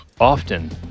often